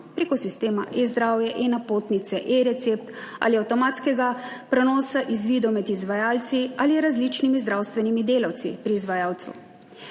preko sistema e-zdravje, e-napotnice, e-recept ali avtomatskega prenosa izvidov med izvajalci ali različnimi zdravstvenimi delavci pri izvajalcu.